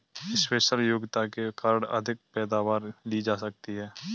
special योग्यता के कारण अधिक पैदावार ली जा सकती है